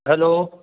hello